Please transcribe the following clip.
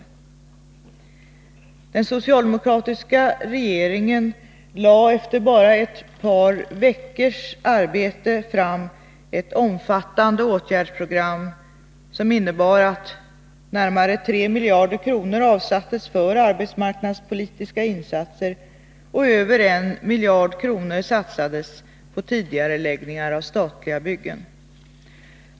Efter bara ett par veckors arbete lade den socialdemokratiska regeringen fram ett omfattande åtgärdsprogram, som innebar att närmare 3 miljarder kronor avsattes för arbetsmarknadspolitiska insatser. Över 1 miljard kronor satsades på tidigareläggningar av statliga byggen.